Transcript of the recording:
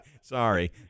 Sorry